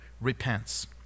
repents